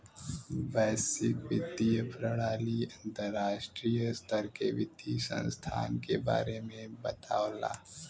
वैश्विक वित्तीय प्रणाली अंतर्राष्ट्रीय स्तर के वित्तीय संस्थान के बारे में बतावला